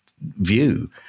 view